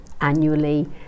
annually